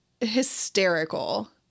hysterical